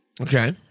Okay